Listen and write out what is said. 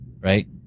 right